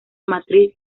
matriz